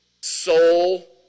soul